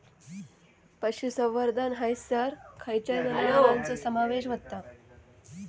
पशुसंवर्धन हैसर खैयच्या जनावरांचो समावेश व्हता?